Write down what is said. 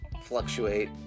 fluctuate